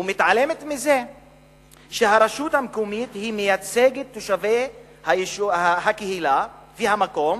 ומתעלמת מזה שהרשות המקומית מייצגת את תושבי הקהילה והמקום,